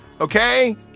Okay